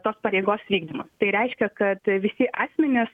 tos pareigos vykdymui tai reiškia kad visi asmenys